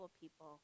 people